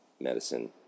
medicine